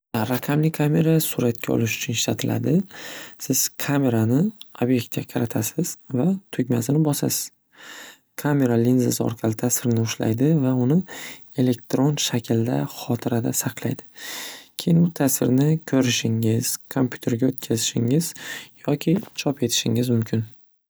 Raqamli kamera suratga olish uchun ishlatiladi. Siz kamerani obyektga qaratasiz va tugmasini bosasiz kamera linzasi orqali tasvirni ushlaydi va uni elektron shaklda xotirada saqlaydi. Keyin tasvirni ko'rishingiz kompyuterga o'tkazishingiz yoki chop etishingiz mumkin.